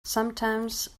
sometimes